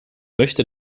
möchte